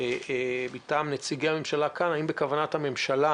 אצל נציגי הממשלה שנמצאים כאן, האם בכוונת הממשלה